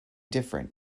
different